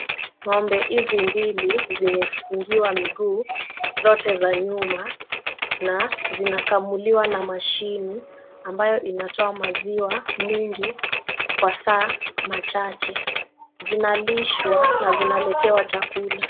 Ng'ombe hizi mbili zimefungiwa miguu zote za nyuma na zinakamuliwa na mashini ambayo inatoa maziwa mingi kwa saa machache. Zinalishwa na zinaletewa chakula.